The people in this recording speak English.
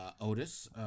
Otis